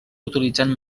utilitzant